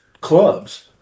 Clubs